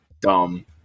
dumb